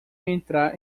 entrar